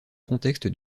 contexte